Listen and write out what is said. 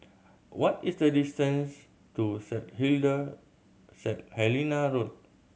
what is the distance to Set Set Helena Road